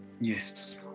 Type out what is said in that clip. Yes